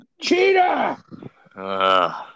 Cheetah